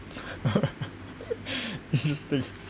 interesting